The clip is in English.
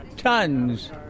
Tons